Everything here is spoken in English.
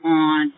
on